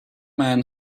man